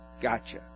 Gotcha